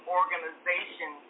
organization